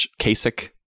Kasich